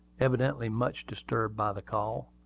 evidently much disturbed by the call.